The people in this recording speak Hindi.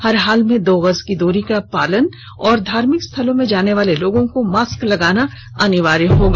हर हाल दो गज की दूरी का पालन और धार्मिक स्थलों में जाने वाले लोगों को मास्क लगाना अनिवार्य होगा